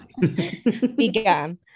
began